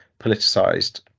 politicised